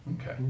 Okay